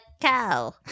cow